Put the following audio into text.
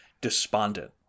despondent